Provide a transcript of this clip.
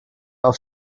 auf